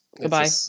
Goodbye